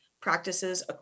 practices